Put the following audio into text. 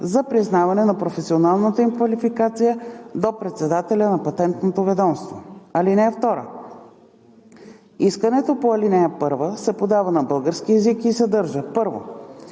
за признаване на професионалната им квалификация до председателя на Патентното ведомство. (2) Искането по ал. 1 се подава на български език и съдържа: 1.